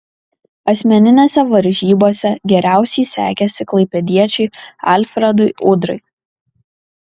asmeninėse varžybose geriausiai sekėsi klaipėdiečiui alfredui udrai